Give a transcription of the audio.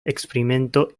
experimento